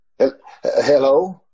Hello